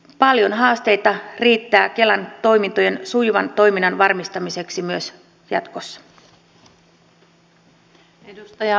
paljon haasteita riittää kelan toimintojen sujuvan toiminnan varmistamiseksi myös jatkossa